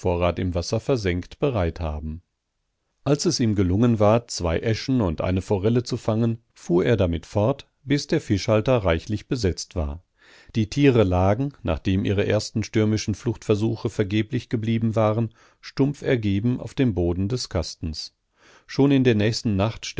im wasser versenkt bereit haben als es ihm gelungen war zwei äschen und eine forelle zu fangen fuhr er damit fort bis der fischhalter reichlich besetzt war die tiere lagen nachdem ihre ersten stürmischen fluchtversuche vergeblich geblieben waren stumpf ergeben auf dem boden des kastens schon in der nächsten nacht